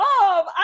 love